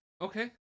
Okay